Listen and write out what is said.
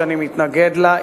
שאני מתנגד לה,